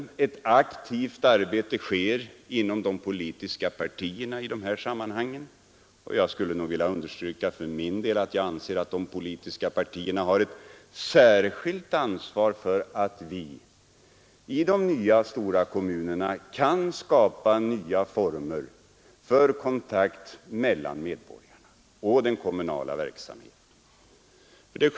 Aktivt arbete i dessa sammanhang sker inom de politiska partierna, och jag skulle för min del nog vilja understryka, att jag anser att de politiska partierna har ett särskilt ansvar för att vi i de nya stora kommunerna kan skapa nya former för kontakt mellan medborgarna och den kommunala verksamheten.